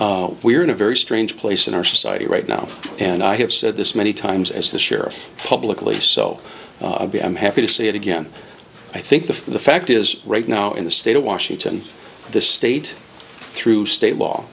this we are in a very strange place in our society right now and i have said this many times as the sheriff publicly so i'm happy to say it again i think the the fact is right now in the state of washington the state through state law